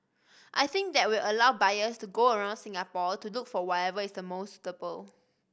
I think that will allow buyers to go around Singapore to look for whatever is the most suitable